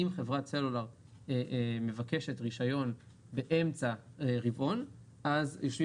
אם חברת סלולר מבקשת רישיון באמצע רבעון אז גורמי